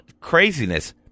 craziness